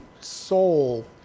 soul